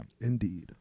Indeed